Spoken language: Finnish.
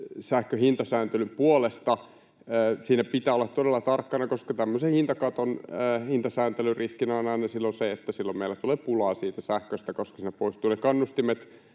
sähkön hintasääntelyn puolesta. Siinä pitää olla todella tarkkana, koska tämmöisen hintakaton, hintasääntelyn riskinä on aina se, että silloin meillä tulee pulaa siitä sähköstä, koska siinä poistuvat